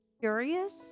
curious